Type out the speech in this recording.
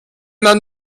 man